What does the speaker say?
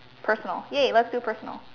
personal ya let's do personal